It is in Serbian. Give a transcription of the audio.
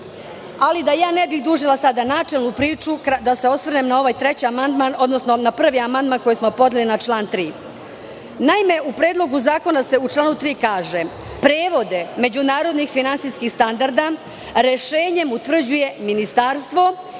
Vlade. Da ne bih dužila sada načelnu priču, da se osvrnem na ovaj treći amandman, odnosno na prvi amandman koji smo podneli na član 3. Naime, u Predlogu zakona u članu 3. se kaže – prevode međunarodnih finansijskih standarda rešenjem utvrđuje Ministarstvo